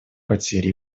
потери